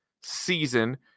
season